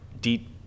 Deep